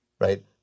right